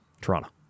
Toronto